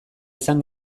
izan